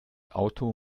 auto